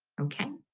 okay?